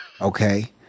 okay